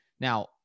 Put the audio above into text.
Now